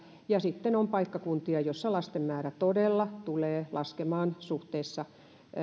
ja perusopetuksessa sitten on paikkakuntia joissa lasten määrä todella tulee laskemaan suhteessa